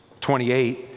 28